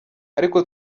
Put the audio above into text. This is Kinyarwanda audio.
ariko